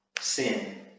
sin